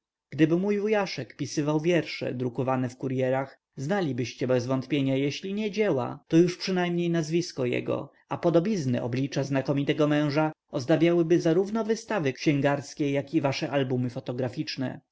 gdyby mój wujaszek pisywał wiersze drukowane w kuryerach znalibyście bezwątpienia jeśli nie dzieła to już przynajmniej nazwisko jego a podobizny oblicza znakomitego męża ozdabiałyby zarówno wystawy księgarskie jak i wasze albumy fotograczne